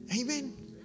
Amen